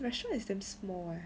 restaurant is damn small eh